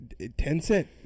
Tencent